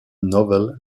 novel